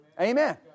Amen